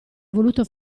voluto